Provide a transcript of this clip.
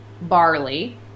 barley